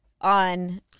on